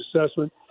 assessment